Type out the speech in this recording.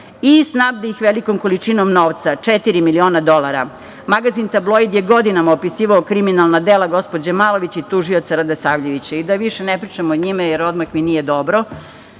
i snabde ih velikom količinom novca, četiri miliona dolara. Magazin „Tabloid“ je godinama opisivao kriminalna dela gospođe Malović i tužioca Radosavljevića. Da više ne pričam o njima, jer odmah mi nije dobro.